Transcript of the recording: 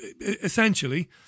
essentially